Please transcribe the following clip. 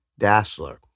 Dassler